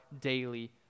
daily